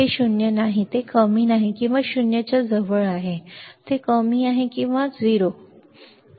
हे 0 नाही ते कमी आहे किंवा 0 च्या जवळ आहे ते कमी आहे किंवा 0 बरोबर आहे